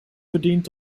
verdient